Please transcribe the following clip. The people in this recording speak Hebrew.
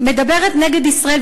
מדברת נגד ישראל,